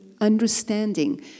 understanding